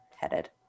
headed